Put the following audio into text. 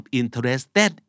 interested